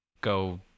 go